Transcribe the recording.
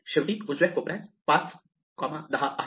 शेवटी उजव्या कोपऱ्यात 5 10 आहे